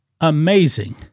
Amazing